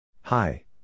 Hi